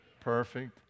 perfect